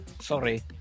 sorry